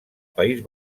país